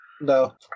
no